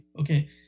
okay